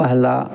पहला